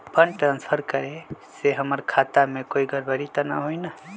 Fund transfer करे से हमर खाता में कोई गड़बड़ी त न होई न?